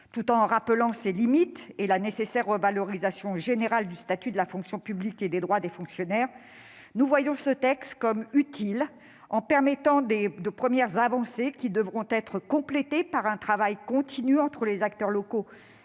Tout en rappelant ses limites, tout en soulignant la nécessaire revalorisation générale du statut de la fonction publique et des droits des fonctionnaires, nous considérons que ce texte est utile. Il permettra en effet de premières avancées, qui devront être complétées par un travail continu entre les acteurs locaux